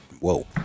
whoa